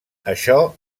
això